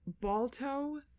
balto